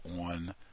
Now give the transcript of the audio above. on